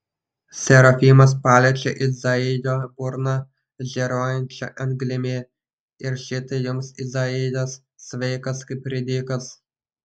serafimas paliečia izaijo burną žėruojančia anglimi ir štai jums izaijas sveikas kaip ridikas